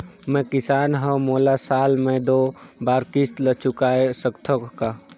मैं किसान हव मोला साल मे दो बार किस्त ल चुकाय सकत हव का?